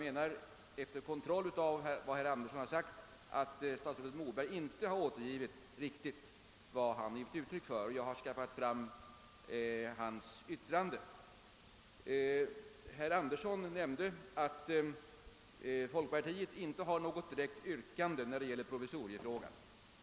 Efter kontroll av vad herr Andersson sagt anser jag nu att statsrådet Moberg inte har citerat herr Andersson riktigt. Jag har skaffat fram utskriften av herr Anderssons yttrande, och han sade att folkpartiet inte har något direkt yrkande i provisoriefrågan.